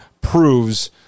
proves